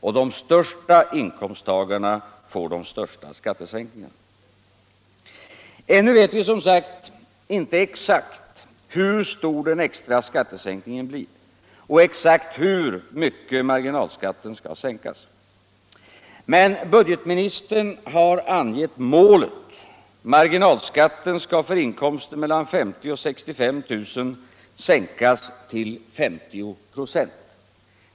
— och de största inkomsttagarna få de största skattesänkningarna. : Ännu vet vi som sagt inte exakt hur stor denna skattesänkning blir och exakt hur mycket marginalskatten skall sänkas. Men budgetministern har angeu målet: marginalskatten skall för inkomster mellan 50 000 och 65 000 kr. sänkas till 50 ”a.